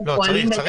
צריך.